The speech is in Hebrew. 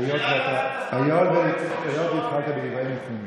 היות שהתחלת בדברי ניחומים,